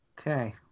Okay